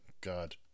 God